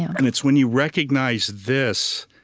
and it's when you recognize this,